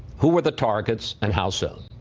who were the targets? and how so?